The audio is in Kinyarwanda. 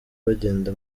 bagenda